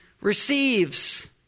receives